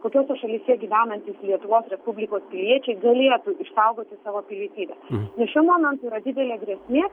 kokiose šalyse gyvenantys lietuvos respublikos piliečiai galėtų išsaugoti savo pilietybę ir šiuo momentu yra didelė grėsmė